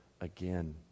again